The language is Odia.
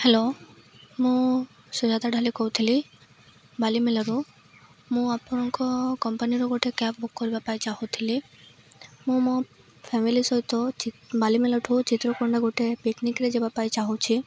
ହାଲୋ ମୁଁ ସୁଜାତା ଢ଼ାଲି କହୁଥିଲି ବାଲିମେଲାରୁ ମୁଁ ଆପଣଙ୍କ କମ୍ପାନୀର ଗୋଟେ କ୍ୟାବ୍ ବୁକ୍ କରିବା ପାଇଁ ଚାହୂଁଥିଲି ମୁଁ ମୋ ଫ୍ୟାମିଲି ସହିତ ଚି ବାଲିମେଲାଠୁ ଚିତ୍ରକଣ୍ଡା ଗୋଟେ ପିକନିକ୍ରେ ଯିବା ପାଇଁ ଚାହୁଁଛି